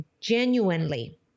genuinely